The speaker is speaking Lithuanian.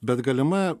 bet galima